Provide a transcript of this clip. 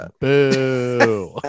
Boo